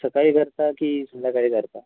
सकाळी करता की संध्याकाळी करता